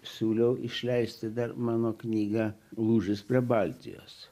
siūliau išleisti dar mano knygą lūžis prie baltijos